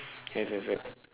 have have have